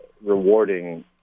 rewarding